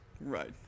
right